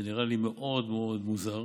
זה נראה לי מאוד מאוד מוזר.